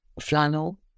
flannel